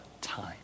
time